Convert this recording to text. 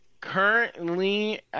Currently